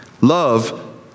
Love